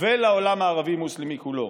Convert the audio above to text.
ולעולם הערבי-מוסלמי כולו.